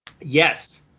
Yes